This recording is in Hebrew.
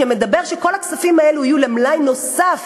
שאומר שכל הכספים האלה יהיו למלאי נוסף